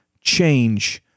change